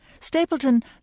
Stapleton